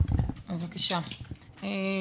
קודם כל,